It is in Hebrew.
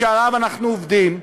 שעליו אנחנו עובדים,